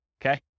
okay